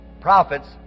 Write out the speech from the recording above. Prophets